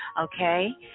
Okay